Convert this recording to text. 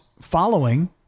following